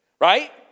right